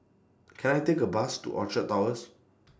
Can I Take A Bus to Orchard Towers